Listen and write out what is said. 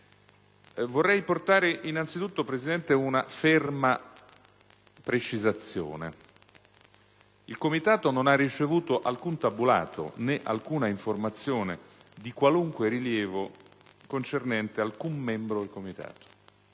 vorrei innanzitutto portare una ferma precisazione. Il Comitato non ha ricevuto alcun tabulato né alcuna informazione di qualunque rilievo concernente alcun membro del Comitato.